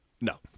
No